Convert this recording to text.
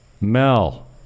Mel